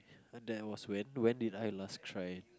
and that was when when did I last try it